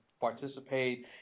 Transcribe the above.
participate